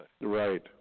Right